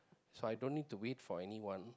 so I don't need to wait for anyone